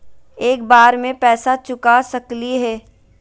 एक बार में पैसा चुका सकालिए है?